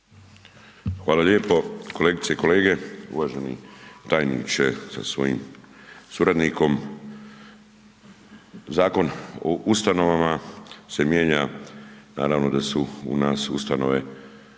Hvala lijepo. Kolegice i kolege, uvaženi tajniče sa svojim suradnikom, Zakon o ustanovama se mijenja, naravno da su u nas ustanove